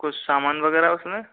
कुछ सामान वगैरह उसमें